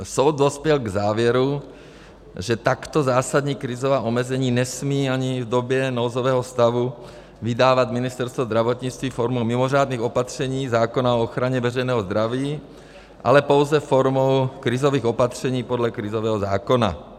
Soud dospěl k závěru, že takto zásadní krizová omezení nesmí ani v době nouzového stavu vydávat Ministerstvo zdravotnictví formou mimořádných opatření zákona o ochraně veřejného zdraví, ale pouze formou krizových opatření podle krizového zákona.